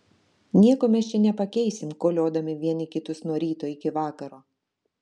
nieko mes čia nepakeisim koliodami vieni kitus nuo ryto iki vakaro